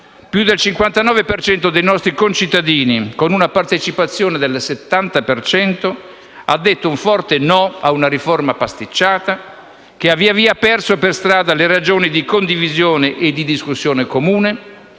per cento dei nostri concittadini, con una partecipazione del 70 per cento, ha detto un forte no ad una riforma pasticciata, che ha via via perso per strada le ragioni di condivisione e di discussione comune;